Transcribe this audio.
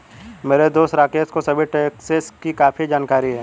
मेरे दोस्त राकेश को सभी टैक्सेस की काफी जानकारी है